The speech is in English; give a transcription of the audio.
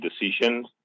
decisions